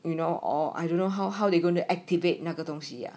you know or I don't know how how they going to activate 那个东西呀